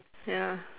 ya